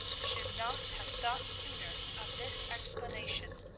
should not have thought sooner of this explanation